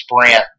sprint